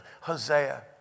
Hosea